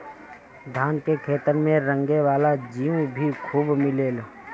धान के खेतन में रेंगे वाला जीउ भी खूब मिलेलन